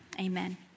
Amen